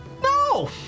No